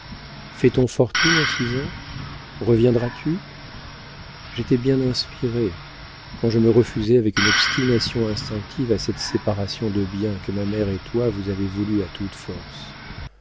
mourir fait-on fortune en six ans reviendras tu j'étais bien inspirée quand je me refusais avec une obstination instinctive à cette séparation de biens que ma mère et toi vous avez voulue à toute force